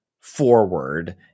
forward